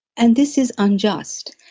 and this is unjust.